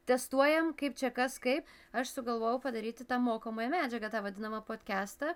testuojam kaip čia kas kaip aš sugalvojau padaryti tą mokomąją medžiagą tą vadinamą podkestą